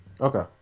Okay